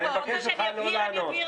אתה רוצה שאני אבהיר, אני אבהיר לך.